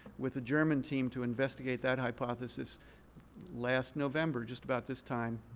with a german team to investigate that hypothesis last november just about this time.